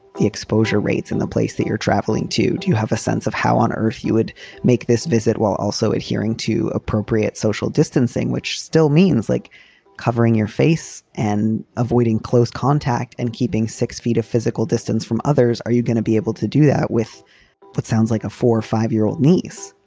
the exposure rates in the place that you're traveling to? do you have a sense of how on earth you would make this visit while also adhering to appropriate social distancing, which still means like covering your face and avoiding close contact and keeping six feet of physical distance from others? are you going to be able to do that with what sounds like a four or five year old niece?